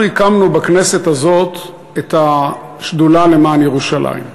אנחנו הקמנו בכנסת הזאת את השדולה למען ירושלים,